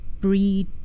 breed